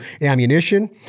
ammunition